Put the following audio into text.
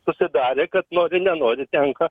susidarė kad nori nenori tenka